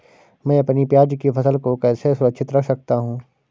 मैं अपनी प्याज की फसल को कैसे सुरक्षित रख सकता हूँ?